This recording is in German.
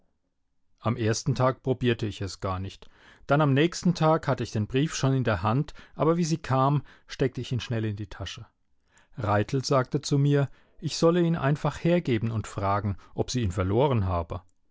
am ersten tag probierte ich es gar nicht dann am nächsten tag hatte ich den brief schon in der hand aber wie sie kam steckte ich ihn schnell in die tasche raithel sagte zu mir ich solle ihn einfach hergeben und fragen ob sie ihn verloren habe